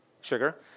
sugar